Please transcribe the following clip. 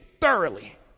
thoroughly